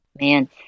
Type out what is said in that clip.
Man